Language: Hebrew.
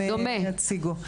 דומה.